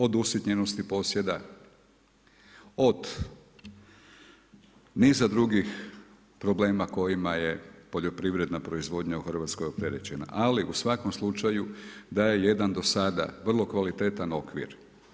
Od usitnjenosti posjeda, od niza drugih problema kojima je poljoprivredna proizvodnja u Hrvatskoj opterećena, ali u svakom slučaju daje jedan do sada vrlo kvalitetan okvir.